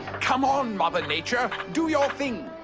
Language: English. come on, mother nature, do your thing.